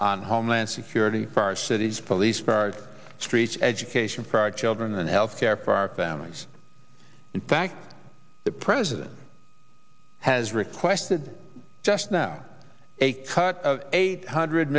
on homeland security for our city's police department streets education for our children and health care for our families that the president has requested just now a cut of eight hundred